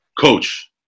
coach